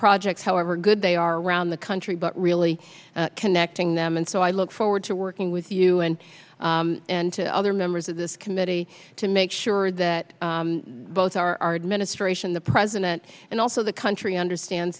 projects however good they are around the country but really connecting them and so i look forward to working with you and and to other members of this committee to make sure that both our ministration the president and also the country understands